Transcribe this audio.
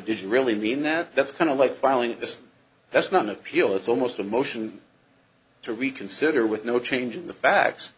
didn't really mean that that's kind of like filing this that's not an appeal it's almost a motion to reconsider with no change in the facts